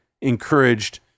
encouraged